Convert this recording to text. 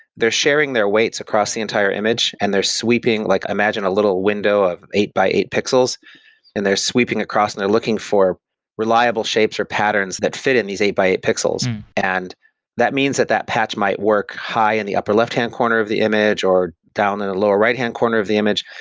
they're sharing their weights across the entire image and they're sweeping, like imagine a little window of eight by eight pixels and they're sweeping across and they're looking for reliable shapes, or patterns that fit in these eight by eight pixels and that means that that patch might work high in the upper left-hand corner of the image, or down in the lower right-hand corner of the image.